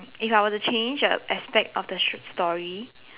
if I were to change the aspect of the sh~ story